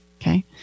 Okay